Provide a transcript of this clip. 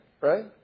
right